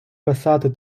писати